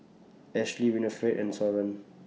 Ashlie Winnifred and Soren